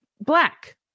black